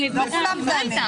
מובנים.